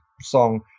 song